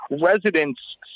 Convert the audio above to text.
residents